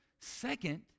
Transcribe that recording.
Second